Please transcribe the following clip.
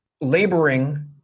laboring